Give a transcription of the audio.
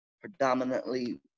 predominantly